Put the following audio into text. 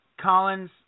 Collins